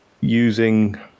using